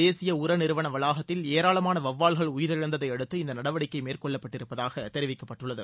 தேசிய உர நிறுவன வளாகத்தில் ஏராளமான வவ்வால்கள் உயிரிழந்ததையடுத்து இந்த நடவடிக்கை மேற்கொள்ளப்பட்டிருப்பதாக தெரிவிக்கப்பட்டுள்ளது